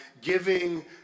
giving